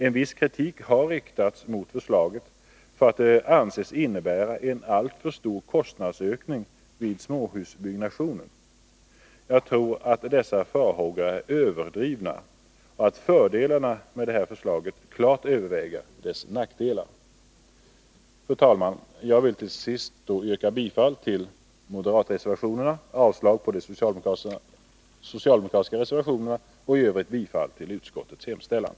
En viss kritik har riktats mot förslaget för att det anses innebära en alltför stor kostnadsökning vid småhusbyggnation. Jag tror att dessa farhågor är överdrivna och att fördelarna med förslaget klart överväger nackdelarna. Fru talman! Jag vill till sist yrka bifall till moderatreservationerna, avslag på de socialdemokratiska reservationerna och i övrigt bifall till utskottets hemställan.